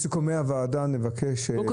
בסיכומי הוועדה נבקש בעניין הזה.